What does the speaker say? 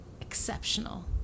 exceptional